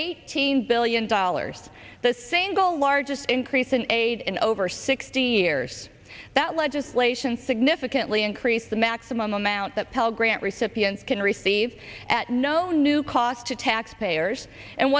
eighteen billion dollars the single largest increase in aid in over sixty years that legislation significantly increased the maximum amount that pell grant recipients can receive at no new cost to taxpayers and